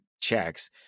checks